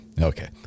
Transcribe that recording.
Okay